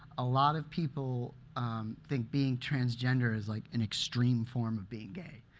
a lot of people think being transgender is like an extreme form of being gay.